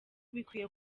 bikwiye